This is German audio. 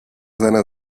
seiner